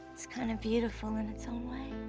it's kind of beautiful in its own way.